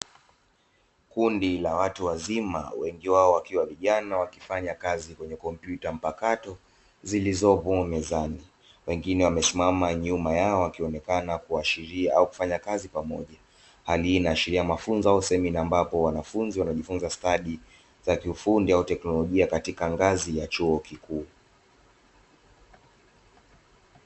Kundi la watu wazima wengi wao wakiwa vijana wakifanya kazi kwenye kompyuta mpakato zilizopo mezani, wengine wamesimama nyuma yao wakiwa wakionekana kuashiria au kufanya kazi kwa pamoja, hali hii inaashiria mafunzo au semina ambapo wanafunzi wanajifunza stadi za kiufundi au teknolojia katika ngazi ya chuo kikuu.